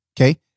Okay